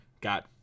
got